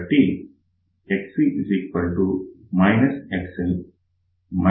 కాబట్టి Xc XL